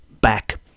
back